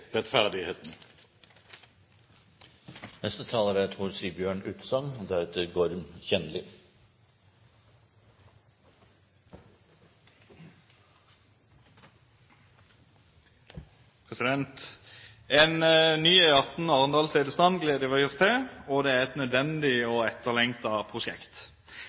En ny E18 – Arendal–Tvedestrand – gleder vi oss til. Det er et nødvendig og etterlengtet prosjekt.